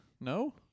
No